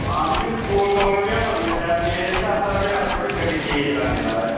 हां ते फ्ही स्कूल तौले पजाने पौंदे टेमे दे अस थोह्ड़ी अस थोह्ड़ी गड्डी तेज चलांदे महाराज